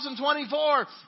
2024